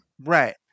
Right